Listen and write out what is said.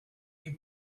you